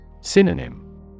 Synonym